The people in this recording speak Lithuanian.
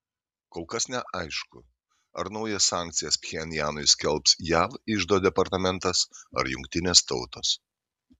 kol kas neaišku ar naujas sankcijas pchenjanui skelbs jav iždo departamentas ar jungtinės tautos